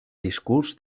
discurs